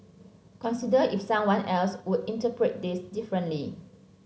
consider if someone else would interpret this differently